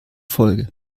folge